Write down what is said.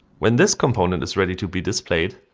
when this component is ready to be displayed,